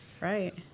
Right